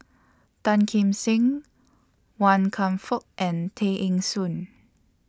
Tan Kim Seng Wan Kam Fook and Tay Eng Soon